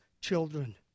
children